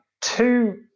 Two